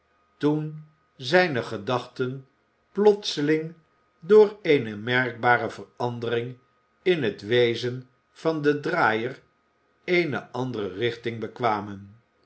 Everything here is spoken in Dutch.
toen zijne gedachten plotseling door eene merkbare verandering in het wezen van den draaier eene andere richting bekwamen